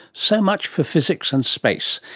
so much for physics and space.